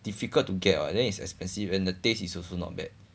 difficult to get what then is expensive and the taste is also not bad